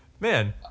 man